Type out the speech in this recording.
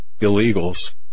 illegals